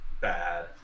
bad